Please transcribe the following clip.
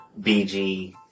BG